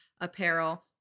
apparel